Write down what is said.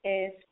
es